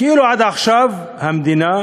כאילו עד עכשיו המדינה,